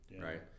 right